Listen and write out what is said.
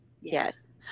Yes